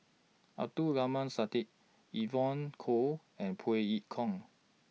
Abdul Aleem Siddique Evon Kow and Phey Yew Kok